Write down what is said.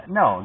no